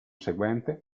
seguente